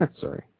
Sorry